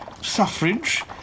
suffrage